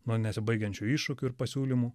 nuo nesibaigiančių iššūkių ir pasiūlymų